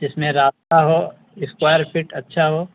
جس میں راابستہ ہو اسکوائر فٹ اچھا ہو